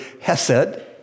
hesed